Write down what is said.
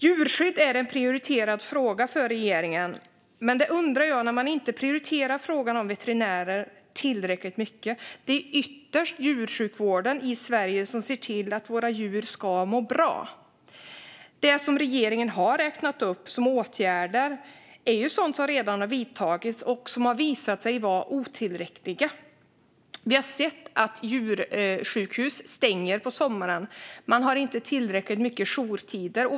Djurskydd sägs vara en prioriterad fråga för regeringen. Men det undrar jag, när man inte prioriterar frågan om veterinärer tillräckligt mycket. Det är ytterst djursjukvården i Sverige som ser till att våra djur mår bra. De åtgärder som regeringen har räknat upp har redan vidtagits och visat sig vara otillräckliga. Vi har sett att djursjukhus stänger på sommaren. Man har inte tillräckligt mycket jourtid.